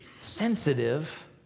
Sensitive